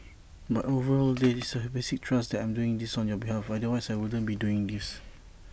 but overall there is that basic trust that I'm doing this on your behalf otherwise I wouldn't be doing this